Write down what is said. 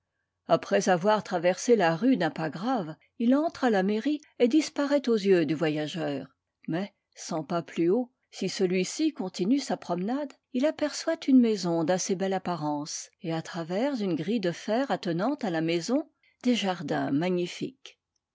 après avoir traversé la rue d'un pas grave il entre à la mairie et disparaît aux yeux du voyageur mais cent pas plus haut si celui-ci continue sa promenade il aperçoit une maison d'assez belle apparence et à travers une grille de fer attenante à la maison des jardins magnifiques